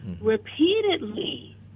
repeatedly